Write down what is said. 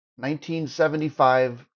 1975